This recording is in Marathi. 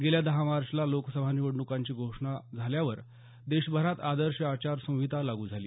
गेल्या दहा मार्चला लोकसभा निवडणुकांची घोषणा झाल्यावर देशभरात आदर्श आचार संहिता लागू झाली